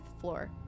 floor